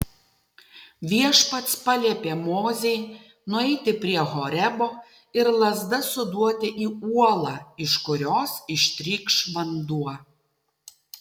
viešpats paliepė mozei nueiti prie horebo ir lazda suduoti į uolą iš kurios ištrykš vanduo